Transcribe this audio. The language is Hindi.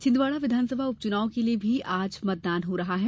छिन्दवाड़ा विधानसभा उपचुनाव के लिए भी आज मतदान हो रहा है